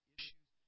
Issues